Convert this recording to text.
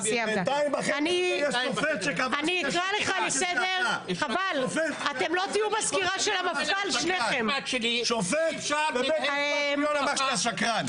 --- שופט בבית משפט עליון אמר שאתה שקרן.